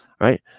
right